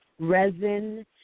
resin